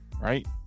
right